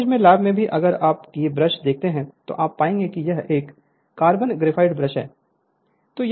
college में lab में भी अगर आप ये ब्रश देखते हैं तो आप पाएंगे कि यह एक कार्बन ग्रेफाइट ब्रश है